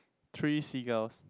three seagulls